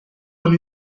con